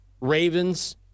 Ravens